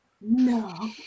No